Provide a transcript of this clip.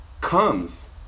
comes